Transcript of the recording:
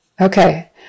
Okay